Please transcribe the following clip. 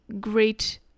great